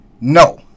No